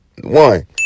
one